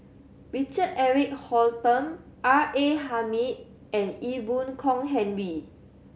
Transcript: Richard Eric Holttum R A Hamid and Ee Boon Kong Henry